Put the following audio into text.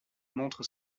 montre